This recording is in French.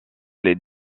les